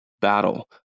battle